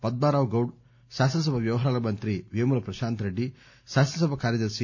పద్మారావు గౌడ్ శాసన సభ వ్యవహారాల మంత్రి పేముల ప్రశాంత్రెడ్డి శాసన సభ కార్యదర్ని వి